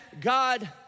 God